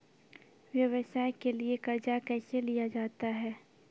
व्यवसाय के लिए कर्जा कैसे लिया जाता हैं?